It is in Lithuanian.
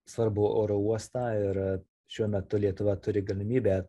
svarbų oro uostą ir šiuo metu lietuva turi galimybę